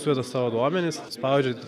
suveda savo duomenis spaudžia